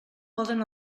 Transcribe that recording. poden